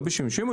לא בסכומים האלה.